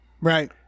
Right